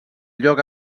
lloc